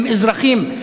הם אזרחים,